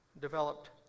developed